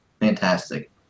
fantastic